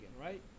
right